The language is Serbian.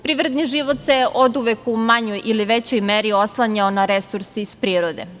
Privredni život se oduvek u manjoj ili većoj meri oslanjao na resurse iz prirode.